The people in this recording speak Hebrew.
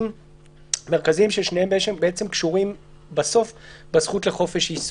מרכזיים ששניהם קשורים בזכות לחופש עיסוק.